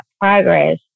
progress